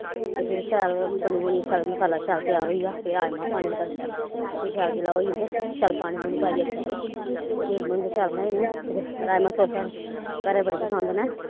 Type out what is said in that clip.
ते फिर शैल बनी बुनियै शैल मसाला शैल त्यार होई जा फिर राजमाह् पान्नी तड़कै फ्ही शैल जेल्लै होई जंदे शैल पानी पूनी पाईयै शैल ते हिलम होई जंदे शैल बनाई ओड़ने ते फिर राजमा फिर सगुआं साढ़े घर बड़े पसंद न